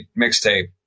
mixtape